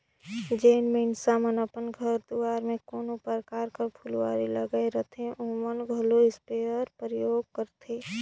जेन मइनसे मन अपन घर दुरा में कोनो परकार कर फुलवारी लगाए रहथें ओमन घलो इस्पेयर कर परयोग करथे